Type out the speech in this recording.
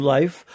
Life